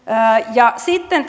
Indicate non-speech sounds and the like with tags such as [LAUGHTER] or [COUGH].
sitten [UNINTELLIGIBLE]